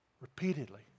repeatedly